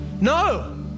No